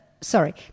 sorry